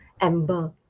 amber